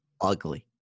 ugly